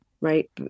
right